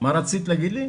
לילך, מה רצית להגיד לי?